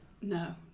no